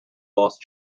lost